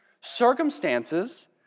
Circumstances